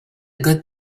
good